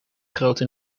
grote